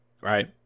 right